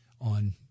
on